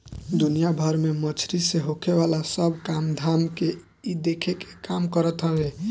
दुनिया भर में मछरी से होखेवाला सब काम धाम के इ देखे के काम करत हवे